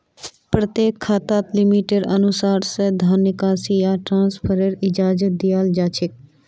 प्रत्येक खाताक लिमिटेर अनुसा र धन निकासी या ट्रान्स्फरेर इजाजत दीयाल जा छेक